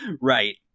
Right